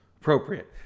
appropriate